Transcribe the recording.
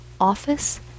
office